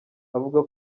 avuga